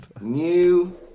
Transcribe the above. New